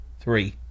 three